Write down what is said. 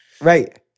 Right